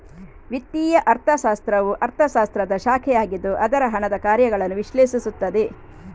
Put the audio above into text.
ವಿತ್ತೀಯ ಅರ್ಥಶಾಸ್ತ್ರವು ಅರ್ಥಶಾಸ್ತ್ರದ ಶಾಖೆಯಾಗಿದ್ದು ಅದು ಹಣದ ಕಾರ್ಯಗಳನ್ನು ವಿಶ್ಲೇಷಿಸುತ್ತದೆ